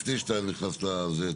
לפני שאתה נכנס לזה,